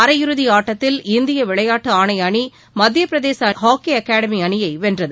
அரையிறுதி ஆட்டத்தில் இந்திய விளையாட்டு ஆணைய அணி மத்தியப்பிரதேச அணியை ஹாக்கி அகடெமி அணியை வென்றது